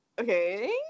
okay